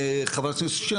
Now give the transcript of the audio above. וחברת הכנסת בן משה,